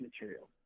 material